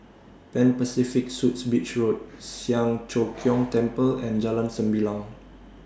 Pan Pacific Suites Beach Road Siang Cho Keong Temple and Jalan Sembilang